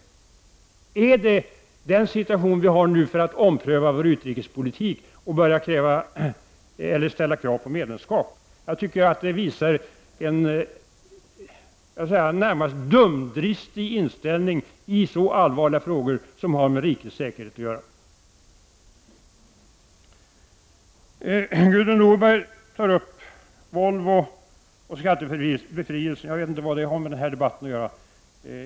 Skall vi i denna situation börja ompröva vår utrikespolitik och ställa krav på medlemskap? Jag tycker att det visar på en närmast dumdristig inställning i så allvarliga frågor som har med rikets säkerhet att göra. Gudrun Norberg tog upp Volvo och skattebefrielsen. Jag vet inte vad det har med den här debatten att göra.